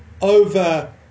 over